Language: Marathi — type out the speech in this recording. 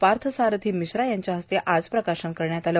पार्थ सारथी मिश्रा यांच्या हस्ते आज प्रकाशन करण्यात आले